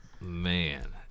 Man